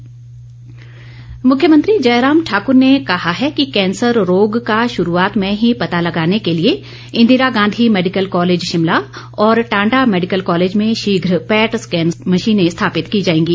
प्रश्नकाल मुख्यमंत्री जयराम ठाकूर ने कहा है कि कैंसर रोग का शुरूआत में ही पता लगाने के लिए इंदिरा गांधी र्मेडिकल कॉलेज शिमलॉ और टांडा मैडिकल कॉलेज में शीघे पैट स्कैन मशीनें स्थापित की जाएंगी